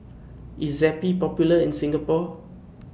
IS Zappy Popular in Singapore